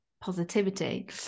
positivity